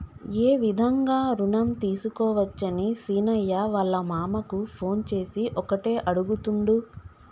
ఏ విధంగా రుణం తీసుకోవచ్చని సీనయ్య వాళ్ళ మామ కు ఫోన్ చేసి ఒకటే అడుగుతుండు